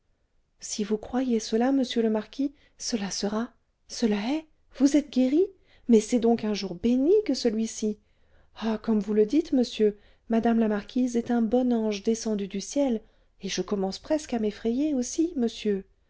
si vous croyez cela monsieur le marquis cela sera cela est vous êtes guéri mais c'est donc un jour béni que celui-ci ah comme vous le dites monsieur mme la marquise est un bon ange descendu du ciel et je commence presque à m'effrayer aussi monsieur